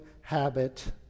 habit